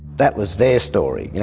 that was their story, you know